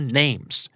names